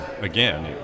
again